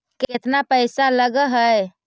केतना पैसा लगय है?